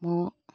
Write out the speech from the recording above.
মোৰ